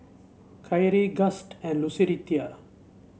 Khiry Gust and Lucretia